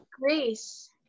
Greece